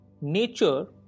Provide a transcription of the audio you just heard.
nature